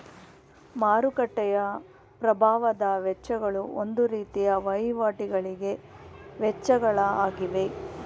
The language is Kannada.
ಮಾರುಕಟ್ಟೆಯ ಪ್ರಭಾವದ ವೆಚ್ಚಗಳು ಒಂದು ರೀತಿಯ ವಹಿವಾಟಿಗಳಿಗೆ ವೆಚ್ಚಗಳ ಆಗಿವೆ